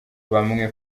bamwe